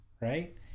right